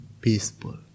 peaceful